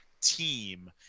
team